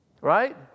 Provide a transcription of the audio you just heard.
Right